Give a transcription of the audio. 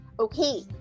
Okay